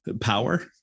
power